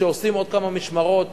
שעושים עוד כמה משמרות